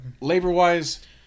Labor-wise